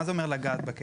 מה זה אומר "לגעת בכסף?